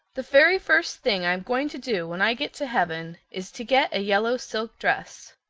the very first thing i'm going to do when i get to heaven is to get a yellow silk dress.